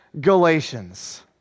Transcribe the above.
Galatians